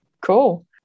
Cool